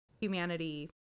humanity